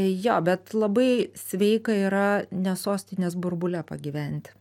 jo bet labai sveika yra ne sostinės burbule pagyventi